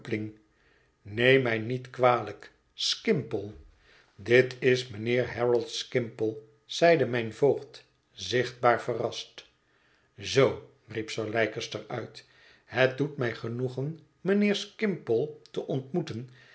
neem mij niet kwalijk skimpole dit is mijnheer harold skimpole zeide mijn voogd zichtbaar verrast zoo riep sir leicester uit het doet mij genoegen mijnheer skimpole te ontmoeten